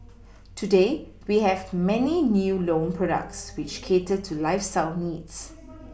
today we have many new loan products which cater to lifeStyle needs